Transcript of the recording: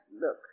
look